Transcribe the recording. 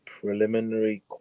preliminary